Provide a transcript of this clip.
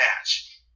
match